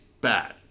bad